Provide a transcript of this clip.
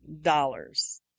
dollars